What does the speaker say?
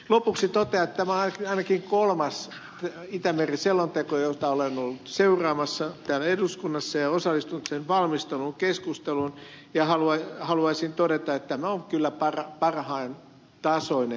lopuksi totean että tämä on ainakin kolmas itämeri selonteko jota olen ollut seuraamassa täällä eduskunnassa ja jonka valmisteluun keskusteluun olen osallistunut ja haluaisin todeta että tämä on kyllä parhaan tasoinen